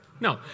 No